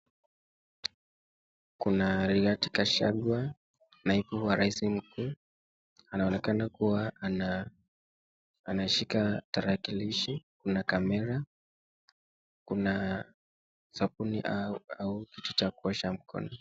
Kuna Righati Gachagua, naibu wa rais mkuu anaonekana kuwa anashika tarakilishi na kamera. Kuna sabuni au kitu cha kuosha mkono.